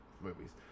movies